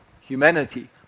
humanity